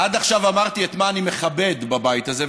עד עכשיו אמרתי מה אני מכבד בבית הזה,